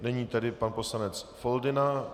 Nyní tedy pan poslanec Foldyna.